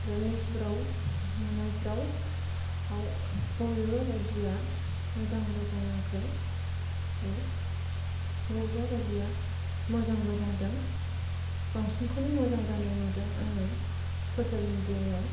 बे निउस फोराव नुनायफोराव बबेबा बायदिया मोजांबो जायाखै बबेबा बायदिया मोजांबो जादों बांसिनखौनो मोजां जानाय नुदों आङो ससियेल मिडिया याव